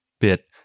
bit